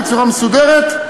בצורה מסודרת,